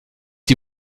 die